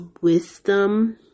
wisdom